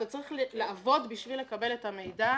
אתה צריך לעבוד בשביל לקבל את המידע.